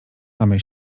mamy